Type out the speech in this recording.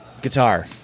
guitar